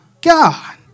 God